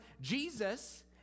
Jesus